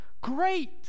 great